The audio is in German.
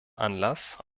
anlass